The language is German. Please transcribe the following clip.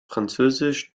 französisch